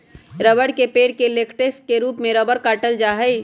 रबड़ के पेड़ से लेटेक्स के रूप में रबड़ काटल जा हई